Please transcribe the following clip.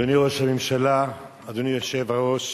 אדוני ראש הממשלה, אדוני היושב בראש,